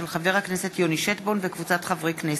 של חבר הכנסת יוני שטבון וקבוצת חברי הכנסת,